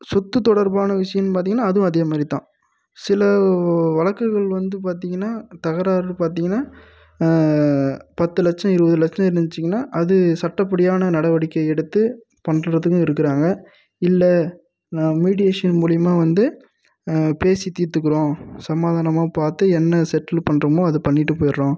சொத்து தொடர்பான விஷயன் பார்த்தீங்கன்னா அதுவும் அதேமாதிரி தான் சில வழக்குகள் வந்து பார்த்தீங்கன்னா தகராறு பார்த்தீங்கன்னா பத்து லட்சம் இருபது லட்சம் இருந்துச்சிங்கன்னா அது சட்டப் படியான நடவடிக்கை எடுத்து பண்ணுறத்துக்கும் இருக்கிறாங்க இல்லை நான் மீடியேஷன் மூலிமா வந்து பேசி தீர்த்துக்கறோம் சமாதானமாக பார்த்து என்ன செட்டில் பண்றோமோ அதை பண்ணிவிட்டு போயிடுகிறோம்